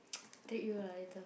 treat you lah later